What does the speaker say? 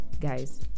guys